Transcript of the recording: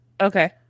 okay